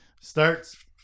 starts